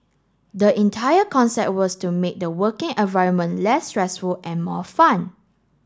the entire concept was to make the working environment less stressful and more fun